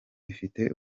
ifite